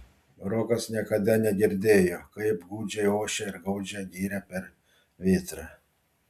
rokas niekada negirdėjo kaip gūdžiai ošia ir gaudžia giria per vėtrą